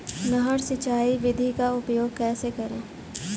नहर सिंचाई विधि का उपयोग कैसे करें?